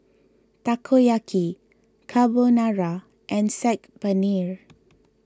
Takoyaki Carbonara and Saag Paneer